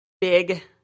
Big